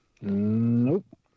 Nope